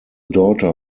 daughter